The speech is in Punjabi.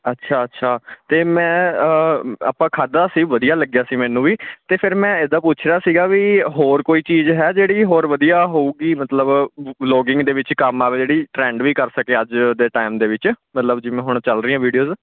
ਅੱਛਾ ਅੱਛਾ ਅਤੇ ਮੈਂ ਆਪਾਂ ਖਾਧਾ ਸੀ ਵਧੀਆ ਲੱਗਿਆ ਸੀ ਮੈਨੂੰ ਵੀ ਅਤੇ ਫਿਰ ਮੈਂ ਇੱਦਾਂ ਪੁੱਛ ਰਿਹਾ ਸੀਗਾ ਵੀ ਹੋਰ ਕੋਈ ਚੀਜ਼ ਹੈ ਜਿਹੜੀ ਹੋਰ ਵਧੀਆ ਹੋਏਗੀ ਮਤਲਬ ਵਲੋਗਿੰਗ ਦੇ ਵਿੱਚ ਕੰਮ ਆਵੇ ਜਿਹੜੀ ਟਰੈਂਡ ਵੀ ਕਰ ਸਕੇ ਅੱਜ ਦੇ ਟਾਈਮ ਦੇ ਵਿੱਚ ਮਤਲਬ ਜਿਵੇਂ ਹੁਣ ਚੱਲ ਰਹੀਆਂ ਵੀਡੀਓਜ਼